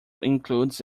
includes